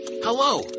Hello